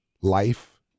life